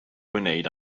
wneud